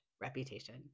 reputation